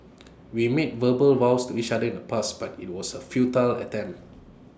we made verbal vows to each other in the past but IT was A futile attempt